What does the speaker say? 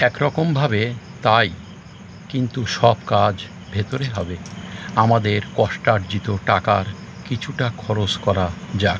একরকমভাবে তাই কিন্তু সব কাজ ভেতরে হবে আমাদের কষ্টার্জিত টাকার কিছুটা খরচ করা যাক